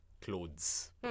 clothes